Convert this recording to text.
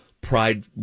pride